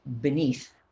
beneath